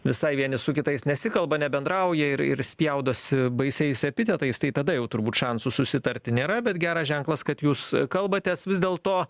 visai vieni su kitais nesikalba nebendrauja ir ir spjaudosi baisiais epitetais tai tada jau turbūt šansų susitarti nėra bet geras ženklas kad jūs kalbatės vis dėlto